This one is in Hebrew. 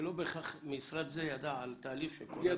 שלא בהכרח משרד זה ידע על תהליך שקורה.